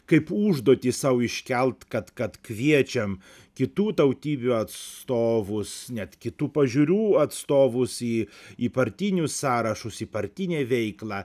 kaip užduotį sau iškelt kad kad kviečiam kitų tautybių atstovus net kitų pažiūrų atstovus į į partinius sąrašus į partinę veiklą